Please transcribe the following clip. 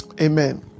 Amen